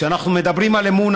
כשאנחנו מדברים על אמון,